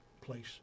place